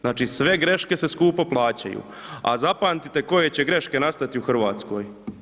Znači sve greške se skupo plaćaju, a zapamtite koje će greške nastati u Hrvatskoj.